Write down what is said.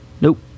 Nope